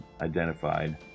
identified